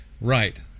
Right